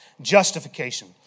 justification